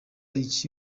iki